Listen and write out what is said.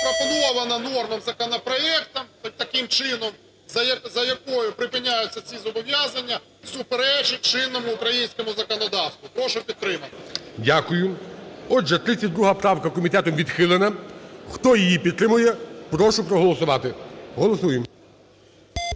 запропонована норма законопроектом таким чином, за якою припиняються ці зобов'язання, суперечить чинному українському законодавству. Прошу підтримати. ГОЛОВУЮЧИЙ. Дякую. Отже, 32 правка комітетом відхилена. Хто її підтримує, прошу проголосувати. Голосуємо.